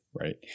right